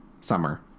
summer